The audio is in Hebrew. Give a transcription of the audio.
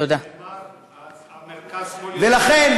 ולכן,